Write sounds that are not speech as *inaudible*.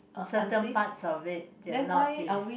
certain parts of it they're not *noise*